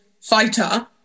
fighter